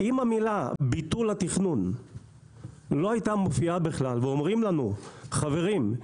אם המילה ביטול התכנון לא הייתה מופיעה בכלל ואומרים לנו: חברים,